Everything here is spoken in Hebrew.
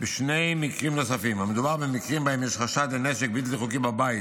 בשני מקרים נוספים: מקרים שבהם יש חשד לנשק בלתי חוקי בבית